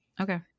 Okay